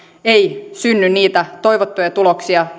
ei synny niitä toivottuja tuloksia